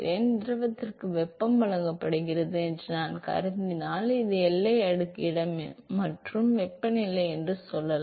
எனவே திரவத்திற்கு வெப்பம் வழங்கப்படுகிறது என்று நான் கருதினால் இது எல்லை அடுக்கு இடம் மற்றும் வெப்பநிலை என்று சொல்லலாம்